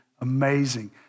amazing